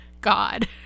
God